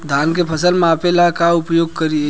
धान के फ़सल मापे ला का उपयोग करी?